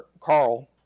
Carl